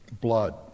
Blood